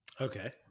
Okay